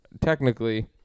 technically